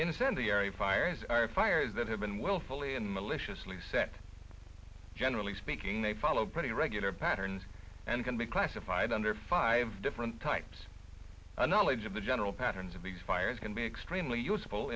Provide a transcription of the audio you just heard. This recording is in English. incendiary fires are fires that have been willfully and maliciously set generally speaking they follow pretty regular patterns and can be classified under five different types and knowledge of the general patterns of these fires can be extremely useful